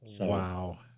Wow